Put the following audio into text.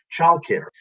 Childcare